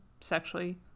sexually